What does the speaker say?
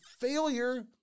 failure